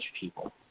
people